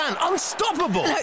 Unstoppable